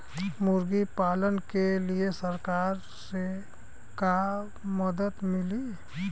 मुर्गी पालन के लीए सरकार से का मदद मिली?